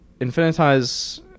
Infinitize